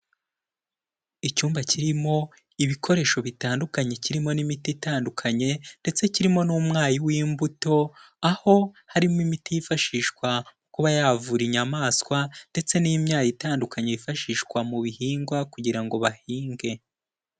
Icyumba kirimo ibikoresho bitandukanye, kirimo n'imiti itandukanye ndetse kirimo n'umwayi w'imbuto, aho harimo imiti yifashishwa kuba yavura inyamaswa ndetse n'imyayi itandukanye yifashishwa mu bihingwa kugira ngo bahinge.